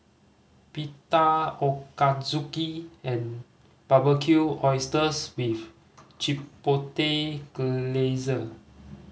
Pita Ochazuke and Barbecued Oysters with Chipotle Glaze